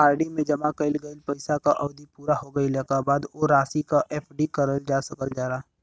RD में जमा कइल गइल पइसा क अवधि पूरा हो गइले क बाद वो राशि क एफ.डी करल जा सकल जाला